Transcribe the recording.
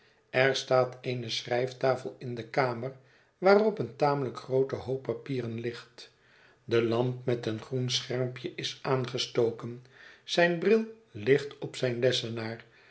er staat eene schrijftafel in de kamer waarop een tamelijk groote hoop papieren ligt de lamp met een groen schermpje is aangestoken zijn bril ligt op zijn lessenaar